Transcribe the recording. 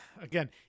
Again